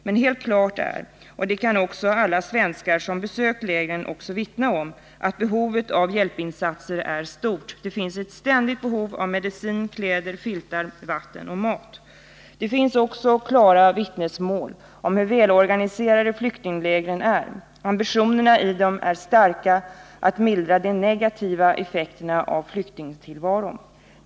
Men helt klart är — och det kan alla svenskar som besökt lägren också vittna om — att behovet av hjälpinsatser är stort. Det finns ett ständigt behov av medicin, kläder, filtar, vatten och mat. Det finns också klara vittnesmål om hur välorganiserade flyktinglägren är. Ambitionerna är starka när det gäller att mildra de negativa effekterna av flyktingtillvaron.